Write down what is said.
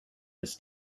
his